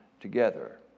together